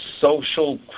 social